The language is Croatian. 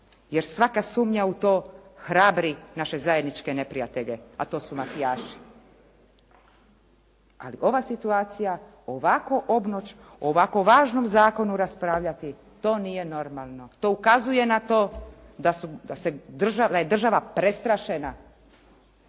jer svaka sumnja u to hrabri naše zajedničke neprijatelje, a to su mafijaši. Ali ova situacija ovako obnoć, o ovako važnom zakonu raspravljati to nije normalno, to ukazuje na to da se država prestrašena.